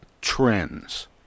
trends